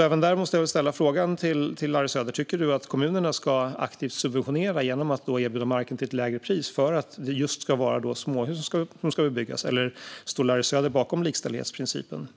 Även där måste jag ställa en fråga till Larry Söder: Tycker Larry Söder att kommunerna aktivt ska subventionera genom att erbjuda marken till ett lägre pris för att det just ska vara småhus som ska byggas, eller står Larry Söder bakom likställighetsprincipen?